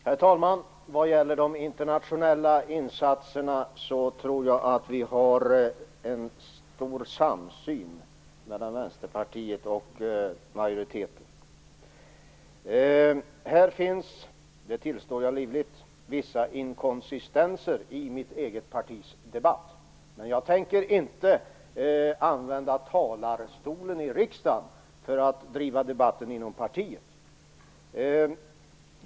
Herr talman! Jag tror att vi har en stor samsyn mellan Vänsterpartiet och majoriteten när det gäller de internationella insatserna. Det finns - det tillstår jag livligt - vissa inkonsistenser i mitt eget partis debatt. Men jag tänker inte använda talarstolen i riksdagen för att driva debatten inom partiet.